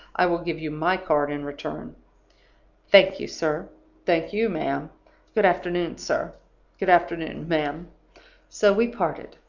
i will give you my card in return thank you, sir thank you, ma'am good-afternoon, sir good-afternoon, ma'am so we parted.